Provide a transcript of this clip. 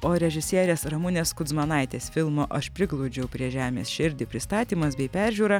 o režisierės ramunės kudzmanaitės filmo aš priglaudžiau prie žemės širdį pristatymas bei peržiūra